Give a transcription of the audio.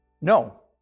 no